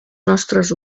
nostres